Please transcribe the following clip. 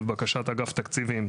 לבקשת אגף תקציבים,